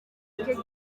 kigali